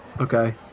Okay